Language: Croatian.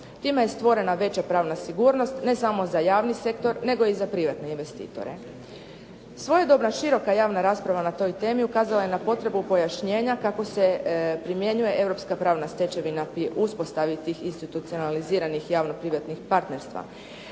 Time je stvorena veća pravna sigurnost, ne samo za javni sektor, nego i za privatne investitore. Svojedobno široka javna rasprava na toj temi ukazala je na potrebu pojašnjenja kako se primjenjuje europska pravna stečevina pri uspostavi tih institucionaliziranih javno privatnih partnerstva,